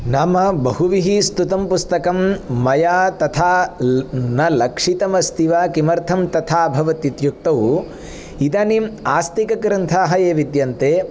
नाम बहुभिः स्तुतं पुस्तकं मया तथा न लक्षितम् अस्ति वा किमर्थं तथाभवत् इत्युक्तौ इदानीम् आस्तिकग्रन्थाः ये विद्यन्ते